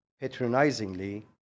patronizingly